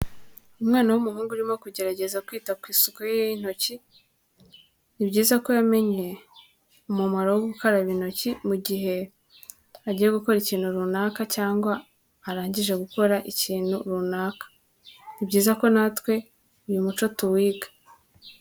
Umwana w'umuhungu urimo kugerageza kwita ku isuku ye y'intoki, ni byiza ko yamenye umumaro wo gukaraba intoki mu gihe agiye gukora ikintu runaka cyangwa arangije gukora ikintu runaka. Ni byiza ko natwe uyu muco tuwiga.